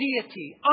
deity